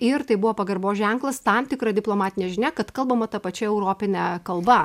ir tai buvo pagarbos ženklas tam tikra diplomatinė žinia kad kalbama ta pačia europine kalba